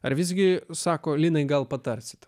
ar visgi sako linui gal patarsite